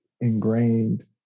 ingrained